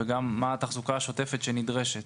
וגם מה התחזוקה השוטפת שנדרשת.